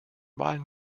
wahlen